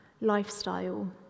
lifestyle